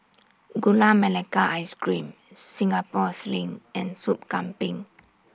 Gula Melaka Ice Cream Singapore Sling and Soup Kambing